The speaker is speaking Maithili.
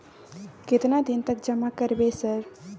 केतना दिन तक जमा करबै सर?